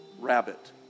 rabbit